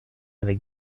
avec